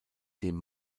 dem